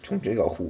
chung cheng got 湖